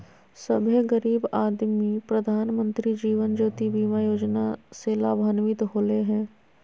सभे गरीब आदमी प्रधानमंत्री जीवन ज्योति बीमा योजना से लाभान्वित होले हें